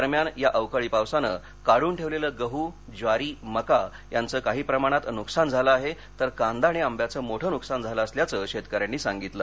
दरम्यान या अवकाळी पावसानं काढून ठेवलेले गहू ज्वारी मका यांचं काही प्रमाणात नुकसान झालं आहे तर कांदा आणि आंब्याचं मोठं नुकसान झालं असल्याचं शेतकऱ्यांनी सांगितलं